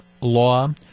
law